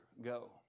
go